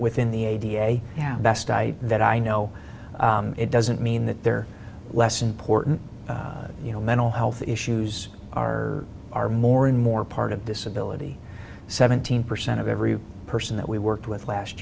within the a da yeah best i that i know it doesn't mean that they're less important you know mental health issues are are more and more part of disability seventeen percent of every person that we worked with last